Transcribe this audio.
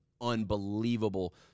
unbelievable